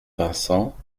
vincent